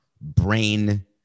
brain